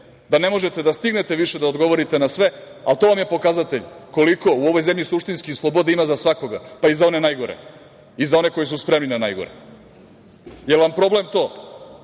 da ne možete da stignete da odgovorite na sve. To vam je pokazatelj koliko u ovoj zemlji suštinski slobode ima za svakoga, pa i za one najgore i za one koji su spremni na najgore. Jel vam problem to